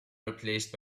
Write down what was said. replaced